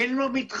אין לו מתחרים.